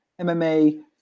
MMA